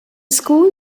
school